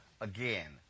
again